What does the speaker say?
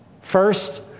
First